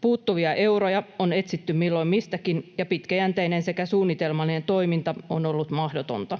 Puuttuvia euroja on etsitty milloin mistäkin, ja pitkäjänteinen sekä suunnitelmallinen toiminta on ollut mahdotonta.